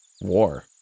war